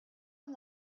and